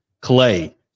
Clay